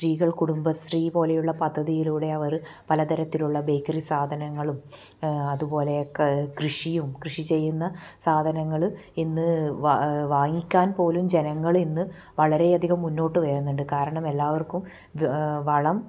സ്ത്രീകൾ കുടുംബശ്രീ പോലെയുള്ള പദ്ധതിയിലൂടെ അവർ പലതരത്തിലുള്ള ബേക്കറി സാധനങ്ങളും അതുപോലെയൊക്കെ കൃഷിയും കൃഷി ചെയ്യുന്ന സാധനങ്ങൾ ഇന്ന് വാ വാങ്ങിക്കാൻ പോലും ജനങ്ങൾ ഇന്ന് വളരെയധികം മുന്നോട്ട് വരുന്നുണ്ട് കാരണമെല്ലാവർക്കും വളം